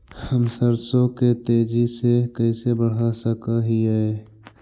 हम सरसों के तेजी से कैसे बढ़ा सक हिय?